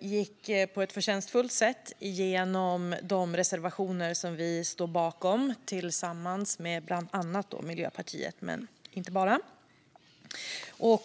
gick på ett förtjänstfullt sätt igenom de reservationer som vi står bakom tillsammans med bland andra Miljöpartiet.